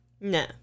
No